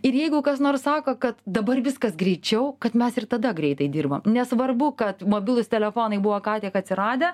ir jeigu kas nors sako kad dabar viskas greičiau kad mes ir tada greitai dirbom nesvarbu kad mobilūs telefonai buvo ką tik atsiradę